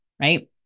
right